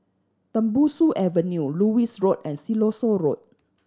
Tembusu Avenue Lewis Road and Siloso Road